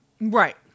Right